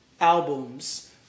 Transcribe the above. albums